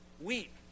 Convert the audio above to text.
Weep